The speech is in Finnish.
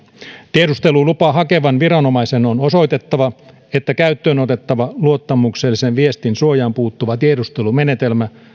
tiedustelulupaa hakevan viranomaisen on osoitettava että käyttöön otettava luottamuksellisen viestin suojaan puuttuva tiedustelumenetelmä